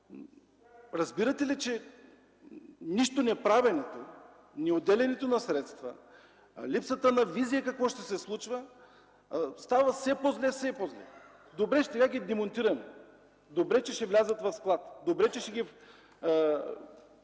разбирате ли, че нищо не правим?! Неотделянето на средства, липсата на визия какво ще се случва, става все по-зле и по-зле. Добре е, че сега ще ги демонтираме; добре, че ще влязат в склад; добре, че ще